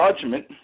judgment